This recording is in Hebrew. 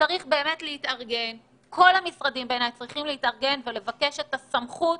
שצריך באמת להתארגן ולבקש את הסמכות